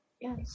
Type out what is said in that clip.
Yes